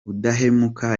udahemuka